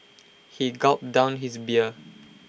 he gulped down his beer